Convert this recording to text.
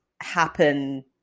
happen